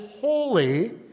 holy